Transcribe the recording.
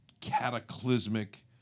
cataclysmic